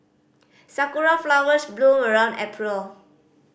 sakura flowers bloom around April